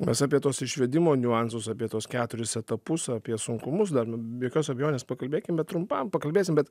mes apie tuos išvedimo niuansus apie tuos keturis etapus apie sunkumus dar be jokios abejonės pakalbėkim bet trumpam pakalbėsim bet